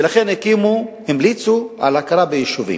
ולכן המליצו על הכרה ביישובים.